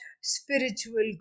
spiritual